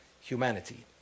humanity